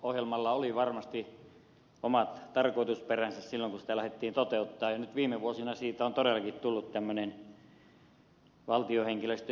tuottavuusohjelmalla oli varmasti omat tarkoitusperänsä silloin kun sitä lähdettiin toteuttamaan ja nyt viime vuosina siitä on todellakin tullut tämmöinen valtion henkilöstön irtisanomisohjelma